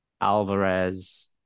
Alvarez